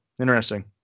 Interesting